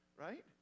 right